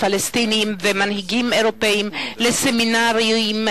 פלסטינים ומנהיגים אירופים לסמינרים